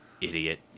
Idiot